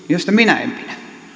josta minä en pidä